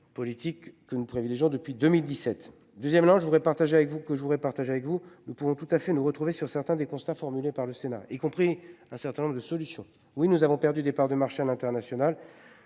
politiques que nous privilégions depuis 2017. Deuxièmement je voudrais partager avec vous que je voudrais partager avec vous, nous pouvons tout à fait, nous retrouver sur certains des constats formulés par le Sénat, y compris un certain nombre de solutions. Oui nous avons perdu des parts de marché à l'international.